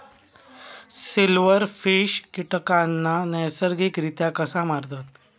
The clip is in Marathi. सिल्व्हरफिश कीटकांना नैसर्गिकरित्या कसा मारतत?